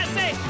say